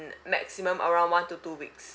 maximum around one to two weeks